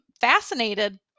fascinated